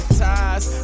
ties